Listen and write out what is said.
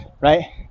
right